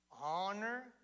honor